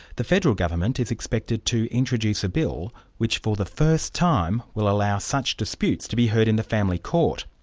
the federal government is expected to introduce a bill which, for the first time, will allow such disputes to be heard in the family court.